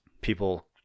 people